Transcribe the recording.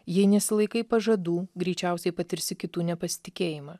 jei nesilaikai pažadų greičiausiai patirsi kitų nepasitikėjimą